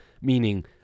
meaning